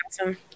awesome